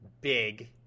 big